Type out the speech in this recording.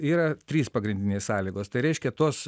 yra trys pagrindinės sąlygos tai reiškia tos